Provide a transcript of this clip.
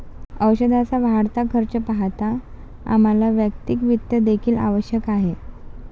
औषधाचा वाढता खर्च पाहता आम्हाला वैयक्तिक वित्त देखील आवश्यक आहे